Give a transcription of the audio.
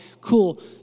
cool